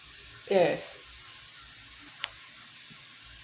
yes